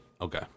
Okay